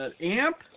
amp